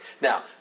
Now